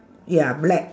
ya black